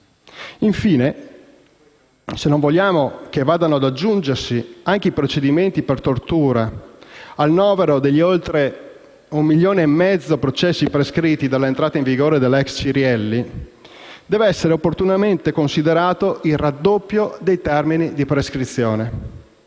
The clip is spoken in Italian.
Infine, se non vogliamo che vadano ad aggiungersi anche i procedimenti per tortura al novero degli oltre 1,5 milioni di processi prescritti dall'entrata in vigore dall'ex Cirielli, dev'essere opportunamente considerato il raddoppio dei termini di prescrizione.